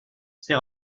c’est